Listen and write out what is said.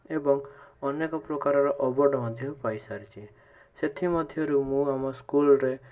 ଏବଂ ଅନେକ ପ୍ରକାରର ଅୱାର୍ଡ଼ ମଧ୍ୟ ପାଇସାରିଛି ସେଥିମଧ୍ୟରୁ ମୁଁ ଆମ ସ୍କୁଲରେ